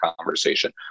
conversation